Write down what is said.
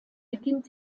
beginnt